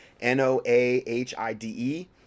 n-o-a-h-i-d-e